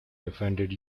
offended